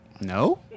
No